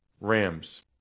Rams